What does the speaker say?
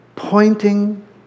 Pointing